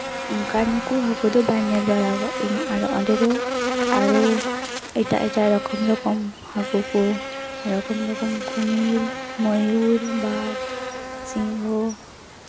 ᱚᱱᱠᱟᱱ ᱠᱚ ᱦᱟᱹᱠᱩ ᱫᱚ ᱵᱟᱹᱧ ᱧᱮᱞ ᱵᱟᱲᱟ ᱠᱟᱜ ᱠᱚᱣᱟ ᱟᱨ ᱚᱸᱰᱮ ᱫᱚ ᱟᱨᱚ ᱮᱴᱟᱜ ᱮᱴᱟᱜ ᱨᱚᱠᱚᱢ ᱨᱚᱠᱚᱢ ᱦᱟᱹᱠᱩ ᱠᱚ ᱨᱚᱠᱚᱢ ᱨᱚᱠᱚᱢ ᱠᱚ ᱠᱚᱢᱤᱨ ᱢᱚᱭᱩᱨ ᱵᱟᱜᱷ ᱥᱤᱝᱦᱚ